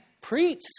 preach